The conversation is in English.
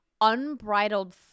unbridled